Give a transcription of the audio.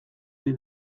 ohi